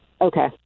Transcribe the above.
okay